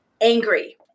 angry